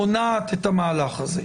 מונעת את המהלך הזה.